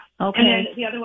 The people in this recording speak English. Okay